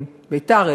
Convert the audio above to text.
"בית"ר",